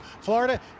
Florida